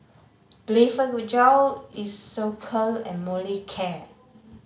Blephagel Isocal and Molicare